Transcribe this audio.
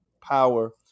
Power